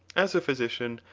as a physician,